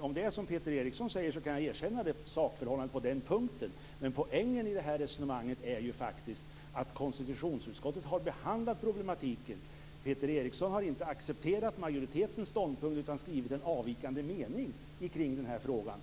Om det är som Peter Eriksson säger, kan jag erkänna sakförhållandet på den punkten. Men poängen i det här resonemanget är faktiskt att konstitutionsutskottet har behandlat problematiken. Peter Eriksson har inte accepterat majoritetens ståndpunkt, utan skrivit en avvikande mening i den här frågan.